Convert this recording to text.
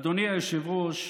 אדוני היושב-ראש,